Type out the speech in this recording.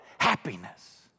Happiness